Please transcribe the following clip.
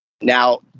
Now